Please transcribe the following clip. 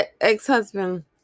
ex-husband